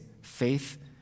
faith